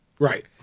Right